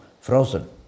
frozen